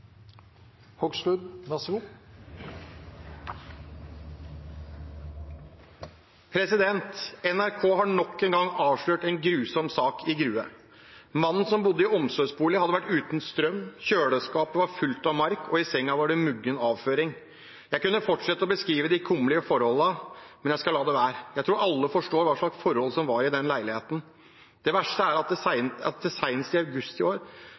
har nok en gang avslørt en grusom sak i Grue. Mannen som bodde i omsorgsbolig hadde vært uten strøm, kjøleskapet var fullt av mark og i sengen var det muggen avføring. Jeg kunne fortsette å beskrive de kummerlige forholdene, men jeg skal la være. Jeg tror alle forstår hva slags forhold som var i leiligheten. Det verste er at det senest i august i år kom frem enda en sak i Grue kommune om grov svikt i